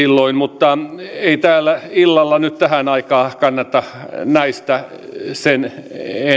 silloin mutta ei täällä illalla nyt tähän aikaan kannata näistä sen